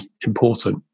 important